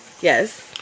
Yes